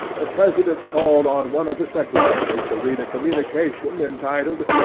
the president called on one of the secretaries to read a communication entitled,